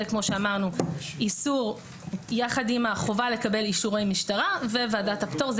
כמו שאמרנו איסור יחד עם החובה לקבל אישורי משטרה וועדת הפטור.